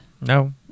No